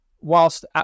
whilst